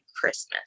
Christmas